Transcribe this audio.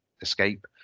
escape